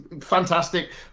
fantastic